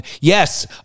yes